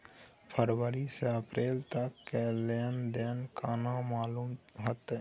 फरवरी से अप्रैल तक के लेन देन केना मालूम होते?